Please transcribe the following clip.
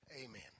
Amen